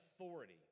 authority